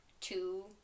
two